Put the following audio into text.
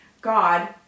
God